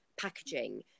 packaging